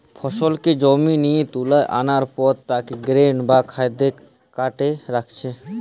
ফসলকে জমি থিকে তুলা আনার পর তাকে গ্রেন বা খাদ্য কার্টে রাখছে